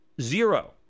zero